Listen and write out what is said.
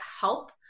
help